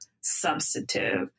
substantive